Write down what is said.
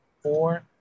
four